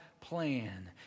plan